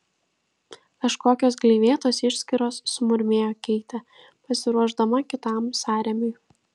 kažkokios gleivėtos išskyros sumurmėjo keitė pasiruošdama kitam sąrėmiui